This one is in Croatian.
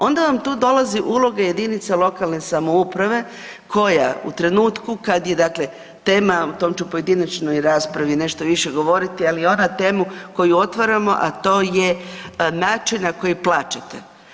Onda vam tu dolazi uloge jedinice lokalne samouprave koja u trenutku kad je dakle, tema, o tom ću u pojedinačnoj raspravi nešto više govoriti, ali ona temu koju otvaramo, a to je način na koji plaćate.